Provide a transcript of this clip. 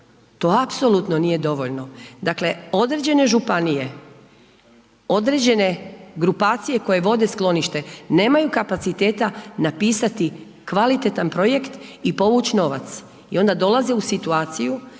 To apsolutno nije dovoljno. Dakle određene županije, određene grupacije koje vode sklonište nemaju kapaciteta napisati kvalitetan projekt i povuć novac. I onda dolaze u situaciju